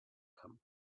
come